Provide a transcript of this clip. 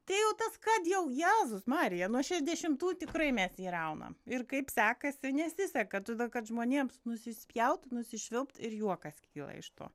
tai jau tas kad jau jėzus marija nuo šešdešimtų tikrai mes jį raunam ir kaip sekasi nesiseka todėl kad žmonėms nusispjaut nusišvilpt ir juokas kyla iš to